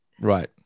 right